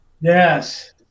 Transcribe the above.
Yes